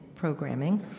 programming